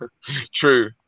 True